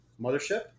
mothership